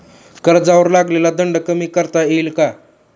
कर्जावर लागलेला दंड कमी करता येईल का?